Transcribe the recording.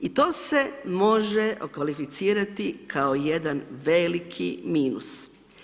I to se može okvalificirati kao jedan veliki minus.